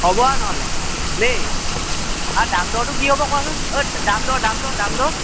হ'ব আৰু নহ'লে দেই আৰু দাম দৰটো কি হ'ব কোৱাচোন ঐ দাম দৰ দাম দৰ দাম দৰ